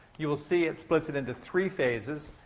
you will see it splits it into three phases.